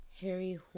Harry